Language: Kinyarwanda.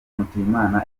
mutuyimana